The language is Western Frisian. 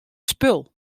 spul